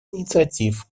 инициатив